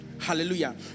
Hallelujah